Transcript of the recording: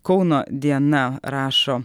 kauno diena rašo